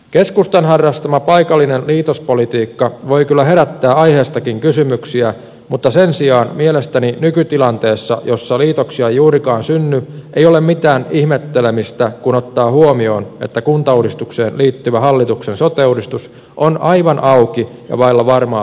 keskustan harrastama paikallinen liitospolitiikka voi kyllä herättää aiheestakin kysymyksiä mutta sen sijaan mielestäni nykytilanteessa jossa liitoksia ei juurikaan synny ei ole mitään ihmettelemistä kun ottaa huomioon että kuntauudistukseen liittyvä hallituksen sote uudistus on aivan auki ja vailla varmaa perustuslaillisuutta